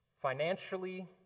financially